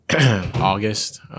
August